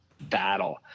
battle